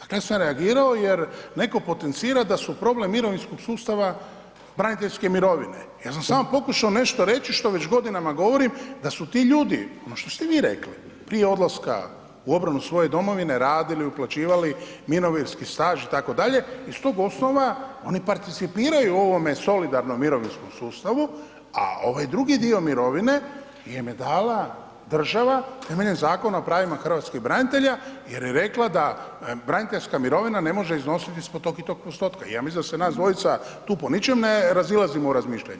dakle ja sam reagirao jer netko potencira da su problem mirovinskog sustava braniteljske mirovine, ja sam samo pokušao nešto reći što već godinama govorim, da su ti ljudi, ono što ste vi rekli, prije odlaska u obranu svoje domovine, radili, uplaćivali mirovinski staž, itd., iz toga osnova oni participiraju ovome solidarnom mirovinskom sustavu, a ovaj drugi dio mirovine im je dala država temeljem Zakona o pravima hrvatskih branitelja jer je rekla da braniteljska mirovina ne može iznositi ispod tog i tog postotka i ja mislim da se nas dvojica tu po ničem ne razilazimo u razmišljanjima.